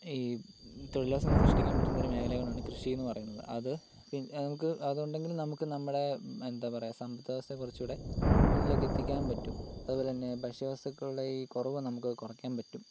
ഈ തൊഴിൽ ഇല്ലാത്ത സമയത്ത് സൃഷ്ടിക്കാൻ പറ്റുന്ന ഒരു മേഖലയാണ് കൃഷി എന്ന് പറയുന്നത് അത് അത് നമുക്ക് അതു ഉണ്ടെങ്കിൽ നമുക്ക് നമ്മുടെ എന്താ പറയുക സമ്പത് വ്യവസ്ഥ കുറച്ചുകൂടി മുന്നിലേക്ക് എത്തിക്കാൻ പറ്റും അതുപോലെ തന്നെ ഭക്ഷ്യ വസ്തുക്കളുടെ ഈ കുറവ് നമുക്ക് അത് കുറക്കാൻ പറ്റും